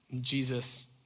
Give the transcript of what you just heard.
Jesus